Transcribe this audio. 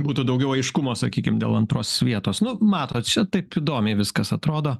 būtų daugiau aiškumo sakykim dėl antros vietos nu matot čia taip įdomiai viskas atrodo